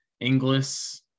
Inglis